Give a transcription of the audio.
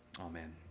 Amen